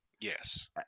yes